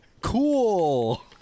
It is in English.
cool